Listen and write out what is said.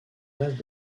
reste